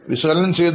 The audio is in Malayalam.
വിശകലനം ചെയ്തു